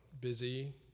busy